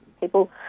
people